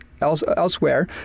elsewhere